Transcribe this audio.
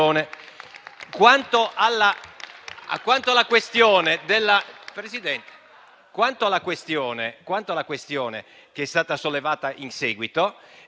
Quanto alla questione che è stata sollevata in seguito,